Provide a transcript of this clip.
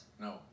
No